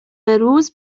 روز